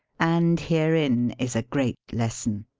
and herein is a great lesson.